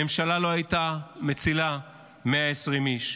ממשלה לא הייתה מצילה 120 איש?